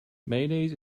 mayonnaise